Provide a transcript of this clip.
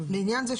לעניין זה,